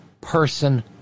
person